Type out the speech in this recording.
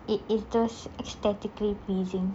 it it is those aesthetically pleasing